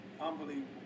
Unbelievable